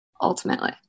Ultimately